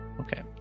Okay